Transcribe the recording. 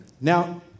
Now